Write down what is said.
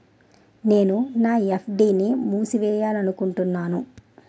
నేను నా ఎఫ్.డి ని మూసివేయాలనుకుంటున్నాను